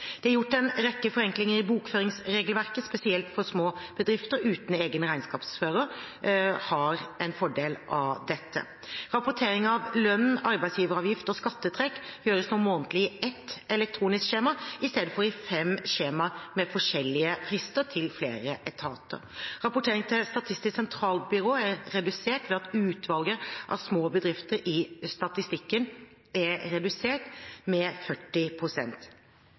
Det er gjort en rekke forenklinger i bokføringsregelverket, og spesielt små bedrifter uten egen regnskapsfører har en fordel av dette. Rapportering av lønn, arbeidsgiveravgift og skattetrekk gjøres nå månedlig i ett elektronisk skjema i stedet for i fem skjemaer med forskjellige frister til flere etater. Rapportering til Statistisk sentralbyrå er redusert ved at utvalget av små bedrifter i statistikken er redusert med